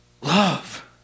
love